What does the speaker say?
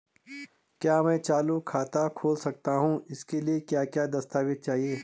क्या मैं चालू खाता खोल सकता हूँ इसके लिए क्या क्या दस्तावेज़ चाहिए?